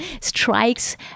strikes